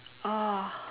oh